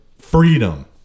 Freedom